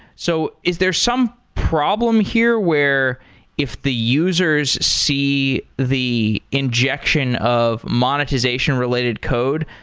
so is there some problem here where if the users see the injection of monetization related code,